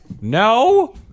No